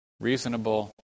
reasonable